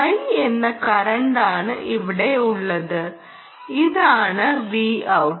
I എന്ന കറണ്ടാണ് ഇവിടെ ഉള്ളത് ഇതാണ് Vout